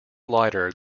lighter